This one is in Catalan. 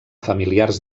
familiars